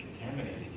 contaminated